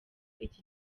iki